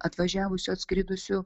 atvažiavusių atskridusių